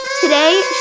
Today